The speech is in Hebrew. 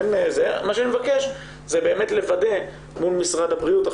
מה שאני מבקש זה באמת לוודא מול משרד הבריאות,